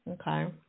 okay